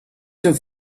have